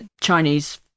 Chinese